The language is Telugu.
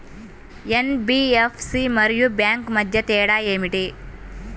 ఎన్.బీ.ఎఫ్.సి మరియు బ్యాంక్ మధ్య తేడా ఏమిటి?